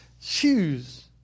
shoes